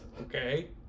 Okay